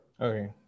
Okay